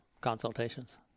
consultations